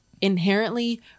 inherently